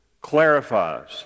clarifies